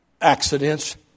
Accidents